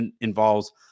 involves